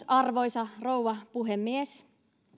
arvoisa rouva puhemies